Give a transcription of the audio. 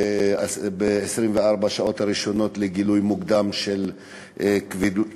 ב-24 השעות הראשונות, גילוי מוקדם של כבדות-שמיעה.